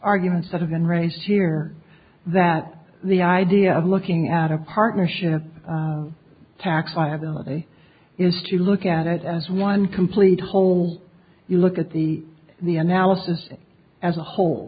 arguments that have been raised here that the idea of looking at a partnership tax liability is to look at it as one complete whole you look at the analysis as a whole